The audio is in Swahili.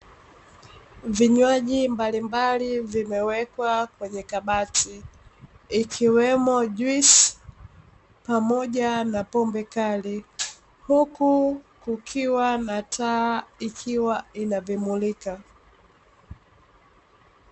Vinywaji mbalimbali vimewekwa kwenye kabati, ikiwemo juisi, pamoja na pombe kali. Huku kukiwa na taa ikiwa inavimulika.